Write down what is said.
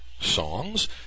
songs